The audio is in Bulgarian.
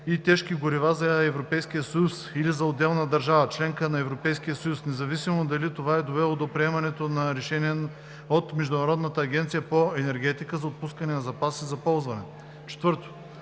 и тежки горива за Европейския съюз или за отделна държава – членка на Европейския съюз, независимо дали това е довело до приемането на решение от Международната агенция по енергетика за отпускане на запаси за ползване. 4.